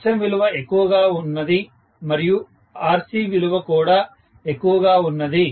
Xm విలువ ఎక్కువ గా ఉన్నది మరియు RC విలువ కూడా ఎక్కువ గా ఉన్నది